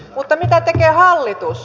mutta mitä tekee hallitus